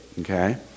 okay